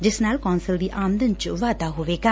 ਜਿਸ ਨਾਲ ਕੋਂਸਲ ਦੀ ਆਮਦਨ ਚ ਵਾਧਾ ਹੋਵੇਗਾ